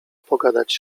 pogadać